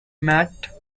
mat